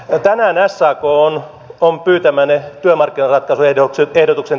tänään sak on pyytämänne työmarkkinaratkaisuehdotuksen tehnyt